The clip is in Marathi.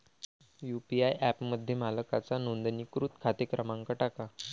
यू.पी.आय ॲपमध्ये मालकाचा नोंदणीकृत खाते क्रमांक टाका